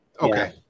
Okay